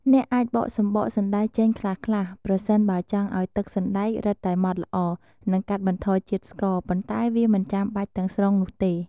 អ្នកអាចបកសម្បកសណ្តែកចេញខ្លះៗ ប្រសិនបើចង់ឱ្យទឹកសណ្ដែករឹតតែម៉ដ្ឋល្អ និងកាត់បន្ថយជាតិស្ករ ប៉ុន្តែវាមិនចាំបាច់ទាំងស្រុងនោះទេ។